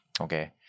Okay